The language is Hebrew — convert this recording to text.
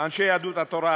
אנשי יהדות התורה,